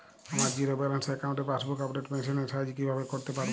আমার zero balance অ্যাকাউন্টে passbook update machine এর সাহায্যে কীভাবে করতে পারব?